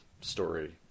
story